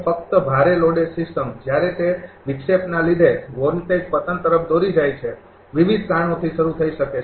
ફક્ત ભારે loaded system જ્યારે તે વિક્ષેપના લીધે વોલ્ટેજ પતન તરફ દોરી જાય છે વિવિધ કારણોથી શરૂ થઈ શકે છે